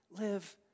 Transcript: live